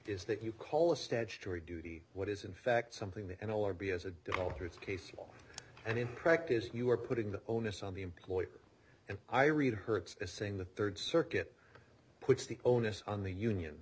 is that you call a statutory duty what is in fact something and or be as adulterous case law and in practice you are putting the onus on the employer and i read her as saying the third circuit puts the onus on the union